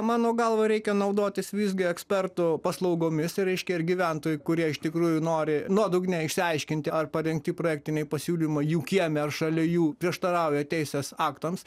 mano galva reikia naudotis visgi ekspertų paslaugomis ir reiškia ir gyventojų kurie iš tikrųjų nori nuodugniai išsiaiškinti ar parengti projektiniai pasiūlymai jų kieme ar šalia jų prieštarauja teisės aktams